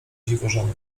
dziwożony